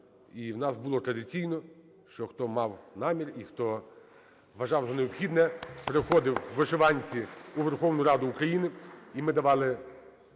І в нас було традиційно, що хто мав намір і хто вважав за необхідне, приходив у вишиванці у Верховну Раду України.